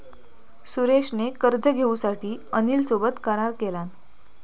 सुरेश ने कर्ज घेऊसाठी अनिल सोबत करार केलान